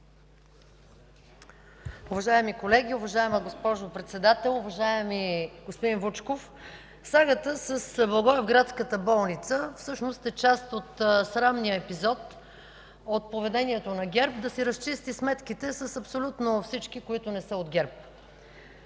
Уважаеми колеги, уважаема госпожо Председател, уважаеми господин Вучков! Сагата с благоевградската болница всъщност е част от срамния епизод от поведението на ГЕРБ да си разчисти сметките с абсолютно всички, които не са от ГЕРБ.